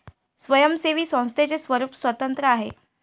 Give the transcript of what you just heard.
स्वयंसेवी संस्थेचे स्वरूप स्वतंत्र आहे